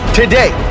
today